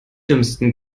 dümmsten